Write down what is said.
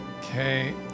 Okay